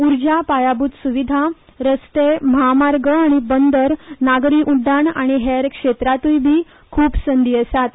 उर्जा पायाभूत सुविधा रस्ते म्हामार्ग आनी बंदर नागरी उड्डाण आनी हर क्षेत्रांतूय बी खूब संदी आसात